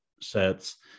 sets